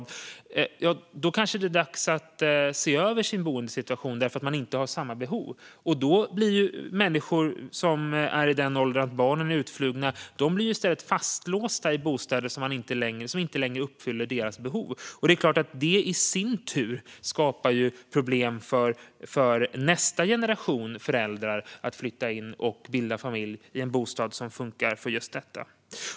Då är det kanske dags att se över sin boendesituation eftersom ens behov inte längre är desamma. Ska då människor i den åldern att barnen är utflugna bli fastlåsta i bostäder som inte längre uppfyller deras behov? Det är klart att det i sin tur skapar problem för nästa generation föräldrar som skulle kunna flytta in och bilda familj i en bostad som funkar för just detta.